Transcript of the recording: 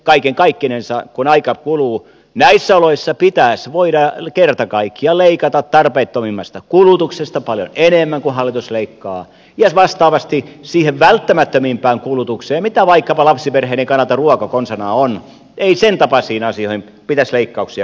kaiken kaikkinensa kun aika kuluu näissä oloissa pitäisi voida kerta kaikkiaan leikata tarpeettomimmasta kulutuksesta paljon enemmän kuin hallitus leikkaa eikä vastaavasti siihen välttämättömimpään kulutukseen mitä vaikkapa lapsiperheiden kannalta ruoka konsanaan on sen tapaisiin asioihin pitäisi leikkauksia kohdentaa